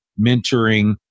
mentoring